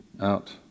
out